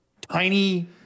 tiny